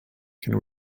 can